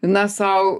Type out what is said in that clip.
na sau